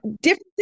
different